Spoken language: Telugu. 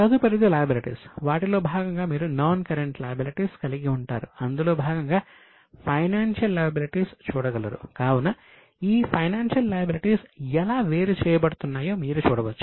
తదుపరిది లయబిలిటీస్ నుంచి నేర్చుకున్నాము